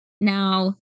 now